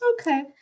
okay